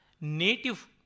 native